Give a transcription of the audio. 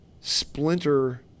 splinter